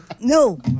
No